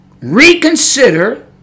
reconsider